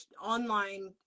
online